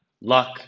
Luck